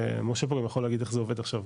משה פה יכול להגיד איך זה עובד עכשיו.